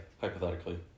hypothetically